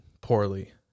poorly